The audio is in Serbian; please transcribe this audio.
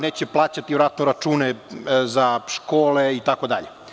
Neće plaćati verovatno račune za škole itd.